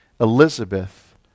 Elizabeth